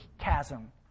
chasm